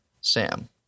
Sam